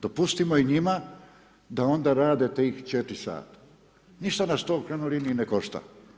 Dopustimo i njima da onda rade tih 4 sata, ništa nas to u krajnjoj liniji ne košta.